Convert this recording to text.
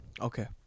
Okay